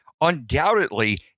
Undoubtedly